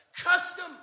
Custom